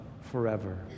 forever